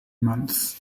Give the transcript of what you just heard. months